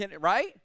right